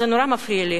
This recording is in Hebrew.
זה נורא מפריע לי.